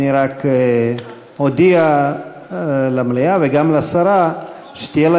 אני רק אודיע למליאה וגם לשרה שתהיה לה